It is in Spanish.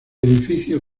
edificio